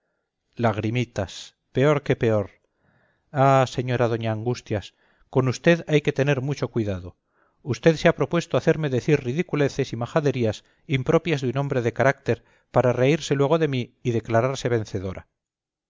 lagrimitas peor que peor ah señora doña angustias con usted hay que tener mucho cuidado usted se ha propuesto hacerme decir ridiculeces y majaderías impropias de un hombre de carácter para reírse luego de mí y declararse vencedora